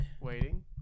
waiting